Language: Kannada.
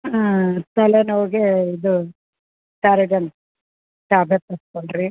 ಹಾಂ ತಲೆ ನೋವಿಗೆ ಇದು ಸ್ಯಾರಡನ್ ಟ್ಯಾಬ್ಲೆಟ್ ತರಿಸ್ಕೊಡ್ರಿ